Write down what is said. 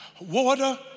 Water